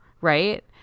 Right